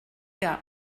gars